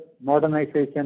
modernization